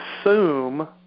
assume